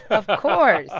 of course. and ah